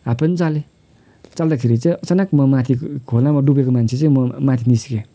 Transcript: हात पनि चालेँ चाल्दाखेरि चाहिँ अचानक म माथि खोलामा डुबेको मान्छे चाहिँ म माथि निस्किएँ